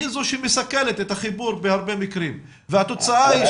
היא זו שמסכלת את החיבור בהרבה מקרים והתוצאה היא